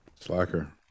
Slacker